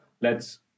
lets